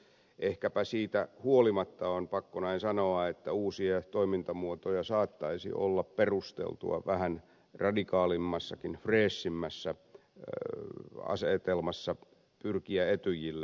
ehkäpä siitä huolimatta on pakko näin sanoa uusia toimintamuotoja saattaisi olla perusteltua vähän radikaalimmassakin freesimmässä asetelmassa pyrkiä etyjille löytämään